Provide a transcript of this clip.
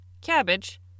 cabbage